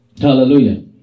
Hallelujah